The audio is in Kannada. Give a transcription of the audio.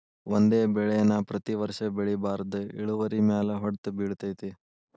ಒಂದೇ ಬೆಳೆ ನಾ ಪ್ರತಿ ವರ್ಷ ಬೆಳಿಬಾರ್ದ ಇಳುವರಿಮ್ಯಾಲ ಹೊಡ್ತ ಬಿಳತೈತಿ